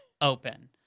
open